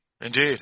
Indeed